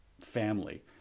family